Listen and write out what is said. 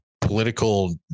political